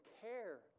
care